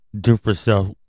do-for-self